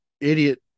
idiot